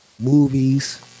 movies